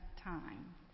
time